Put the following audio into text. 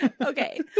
Okay